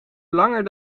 langer